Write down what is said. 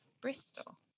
Bristol